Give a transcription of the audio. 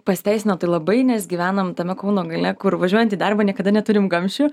pasiteisino tai labai nes gyvenam tame kauno gale kur važiuojant į darbą niekada neturim kamščių